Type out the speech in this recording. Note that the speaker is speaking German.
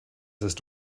ist